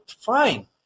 fine